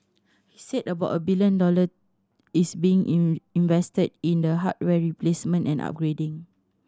he said about a billion dollar is being in invested in the hardware replacement and upgrading